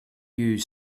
you